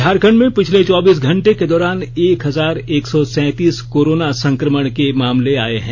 झारखंड में पिछले चौबीस घंटे के दौरान एक हजार एक सौ सैतीस कोरोना संक्रमण के मामले आए हैं